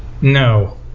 No